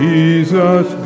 Jesus